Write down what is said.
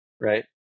right